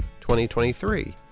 2023